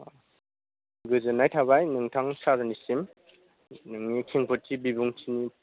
गोजोननाय थाबाय नोंथां सारनिसिम नोंनि खेंफोरथि बिबुंथिनि